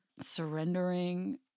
surrendering